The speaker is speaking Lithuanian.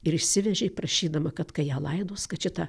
ir išsivežė prašydama kad kai ją laidos kad šitą